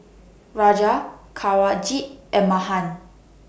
Raja Kanwaljit and Mahan